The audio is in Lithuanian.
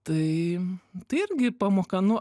tai tai irgi pamoka nu